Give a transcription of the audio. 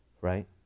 right